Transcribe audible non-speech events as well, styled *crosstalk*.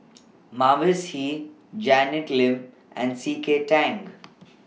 *noise* Mavis Hee Janet Lim and C K Tang